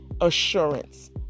assurance